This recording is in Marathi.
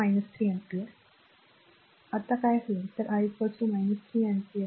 तर दुसरे r प्रकरण I r 3 ampere आता काय होईल जर I 3 ampere